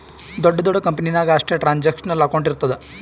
ದೊಡ್ಡ ದೊಡ್ಡ ಕಂಪನಿ ನಾಗ್ ಅಷ್ಟೇ ಟ್ರಾನ್ಸ್ಅಕ್ಷನಲ್ ಅಕೌಂಟ್ ಇರ್ತುದ್